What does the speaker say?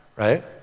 right